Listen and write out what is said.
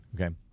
Okay